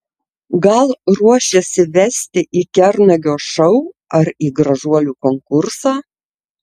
gal ruošiasi vesti į kernagio šou ar į gražuolių konkursą